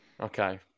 Okay